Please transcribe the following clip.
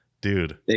dude